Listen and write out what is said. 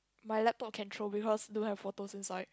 my laptop can throw because don't have photos inside